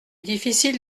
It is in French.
difficile